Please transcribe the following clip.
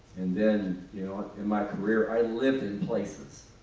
and then you know in my career i lived in places.